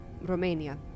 Romania